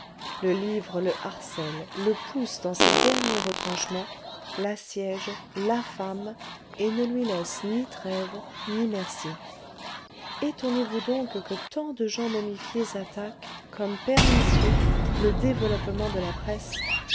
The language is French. le livre le harcèle le pousse dans ses derniers retranchements l'assiège l'affame et ne lui laisse ni trêve ni merci étonnez-vous donc que tant de gens momifiés attaquent comme pernicieux le développement de la presse